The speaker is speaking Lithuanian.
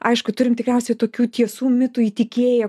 aišku turim tikriausiai tokių tiesų mitų įtikėję